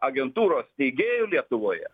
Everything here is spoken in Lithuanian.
agentūros steigėjų lietuvoje